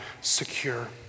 secure